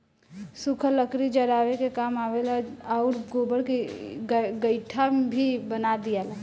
सुखल लकड़ी जरावे के काम आवेला आउर गोबर के गइठा भी बना दियाला